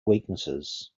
weaknesses